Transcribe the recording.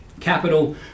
capital